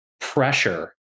pressure